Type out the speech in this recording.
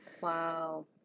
Wow